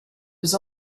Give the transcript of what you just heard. was